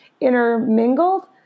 intermingled